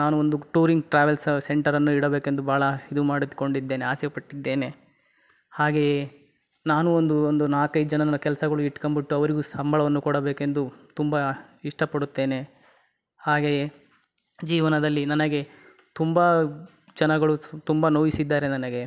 ನಾನು ಒಂದು touring travels ಸ ಸೆಂಟರನ್ನು ಇಡಬೇಕೆಂದು ಭಾಳ ಇದು ಮಾಡಿಕೊಂಡಿದ್ದೇನೆ ಆಸೆಪಟ್ಟಿದ್ದೇನೆ ಹಾಗೆಯೇ ನಾನು ಒಂದು ಒಂದು ನಾಲ್ಕೈದು ಜನಾನ ಕೆಲ್ಸಗಳು ಇಟ್ಕಂಬುಟ್ಟು ಅವರಿಗೂ ಸಂಬಳವನ್ನು ಕೊಡಬೇಕೆಂದು ತುಂಬ ಇಷ್ಟಪಡುತ್ತೇನೆ ಹಾಗೆಯೇ ಜೀವನದಲ್ಲಿ ನನಗೆ ತುಂಬ ಜನಗಳು ಸ್ ತುಂಬ ನೋಯಿಸಿದ್ದಾರೆ ನನಗೆ